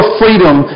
freedom